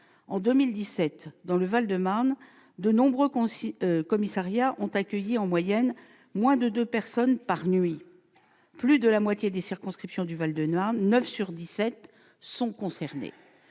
En 2017, dans le Val-de-Marne, de nombreux commissariats ont accueilli, en moyenne, moins de deux personnes par nuit. Plus de la moitié des circonscriptions du Val-de-Marne, très exactement